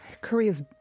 Korea's